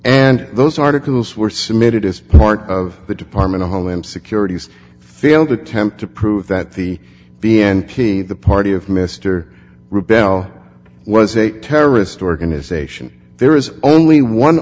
and those articles were submitted as part of the department of homeland security's failed attempt to prove that the b n p the party of mr rebel was a terrorist organization there is only one